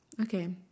okay